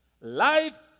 Life